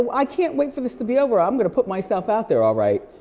i can't wait for this to be over. i'm gonna put myself out there all right,